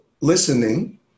listening